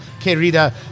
querida